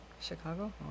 Chicago